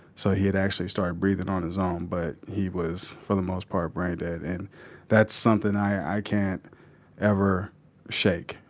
so he had actually started breathing on his own, but he was for the most part braindead, and that's something i can't ever shake.